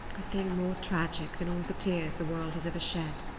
a thing more tragic than all the tears the world has ever shed.